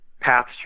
paths